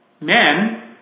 men